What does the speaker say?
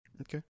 Okay